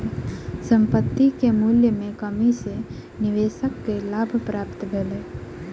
संपत्ति के मूल्य में कमी सॅ निवेशक के लाभ प्राप्त भेल